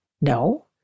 No